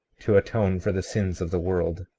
to atone for the sins of the world.